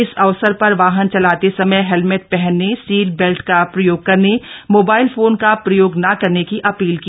इस अवसर पर वाहन चलाते समय हेलमेट पहनने सीट बेल्ट का प्रयोग करने मोबाइल फोन का प्रयोग न करने की अपील की